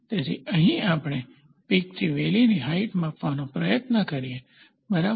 તેથી અહીં આપણે પીક થી વેલીની હાઇટ માપવાનો પ્રયત્ન કરીએ બરાબર